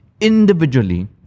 individually